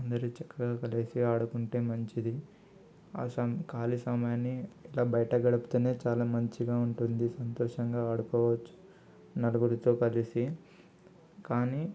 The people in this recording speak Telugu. అందరు చక్కగా కలిసి ఆడుకుంటే మంచిది ఆ సమ ఖాళీ సమయాన్ని ఇలా బయట గడిపితేనే చాలా మంచిగా ఉంటుంది సంతోషంగా ఆడుకోవచ్చు నలుగురితో కలిసి కానీ